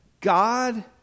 God